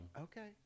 Okay